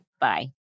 Bye